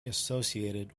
associated